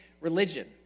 religion